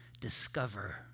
discover